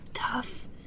tough